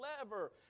clever